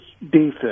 defense